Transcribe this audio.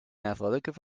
athletic